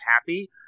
happy